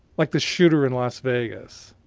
like the shooter in las vegas.